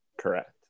correct